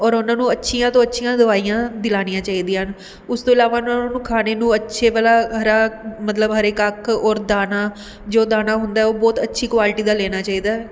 ਔਰ ਉਹਨਾਂ ਨੂੰ ਅੱਛੀਆਂ ਤੋਂ ਅੱਛੀਆਂ ਦਵਾਈਆਂ ਦਿਲਾਣੀਆਂ ਚਾਹੀਦੀਆਂ ਹਨ ਉਸ ਤੋਂ ਇਲਾਵਾ ਉਹਨਾਂ ਨੂੰ ਖਾਣੇ ਨੂੰ ਅੱਛੇ ਵਾਲ਼ਾ ਹਰਾ ਮਤਲਬ ਹਰੇ ਕੱਖ ਔਰ ਦਾਣਾ ਜੋ ਦਾਣਾ ਹੁੰਦਾ ਉਹ ਬਹੁਤ ਅੱਛੀ ਕੁਆਲਿਟੀ ਦਾ ਲੈਣਾ ਚਾਹੀਦਾ